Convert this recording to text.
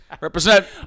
Represent